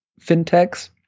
fintechs